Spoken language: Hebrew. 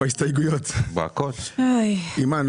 אימאן,